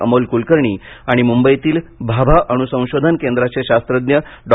अमोल कुलकर्णी आणि मुंबईतील भाभा अणू संशोधन केंद्राचे शास्त्रज्ञ डॉ